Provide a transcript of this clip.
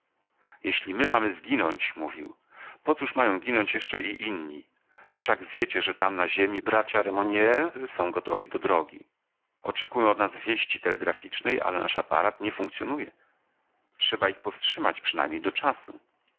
jeśli my mamy zginąć mówił po cóż mają ginąć jeszcze i inni wszak wiecie że tam na ziemi bracia remogner są gotowi do drogi oczekują od nas wieści telegraficznej ale nasz aparat nie funkcjonuje trzeba ich powstrzymać przynajmniej do czasu